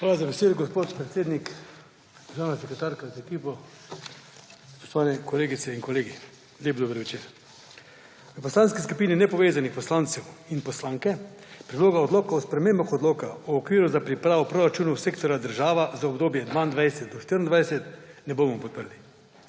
Hvala za besedo, gospod predsednik. Državna sekretarka z ekipo, spoštovane kolegice in kolegi, lep dober večer! V Poslanski skupini nepovezanih poslancev Predloga odloka o spremembah Odloka o okviru za pripravo proračunov sektorja država za obdobje od 2022 do 2024 ne bomo podprli.